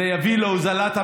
זה יביא להוזלת המחירים.